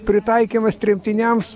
pritaikymas tremtiniams